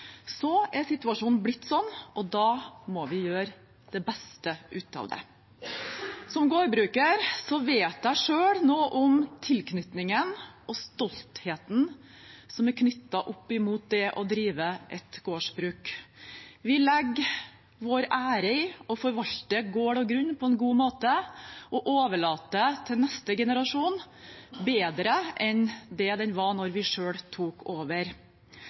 situasjonen er blitt sånn, og da må vi gjøre det beste ut av det. Som gårdbruker selv vet jeg noe om tilknytningen til og stoltheten som er knyttet opp mot det å drive et gårdsbruk. Vi legger vår ære i å forvalte gård og grunn på en god måte og overlate det til neste generasjon bedre enn det var da vi selv tok over.